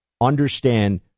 Understand